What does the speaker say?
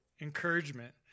Encouragement